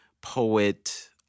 poet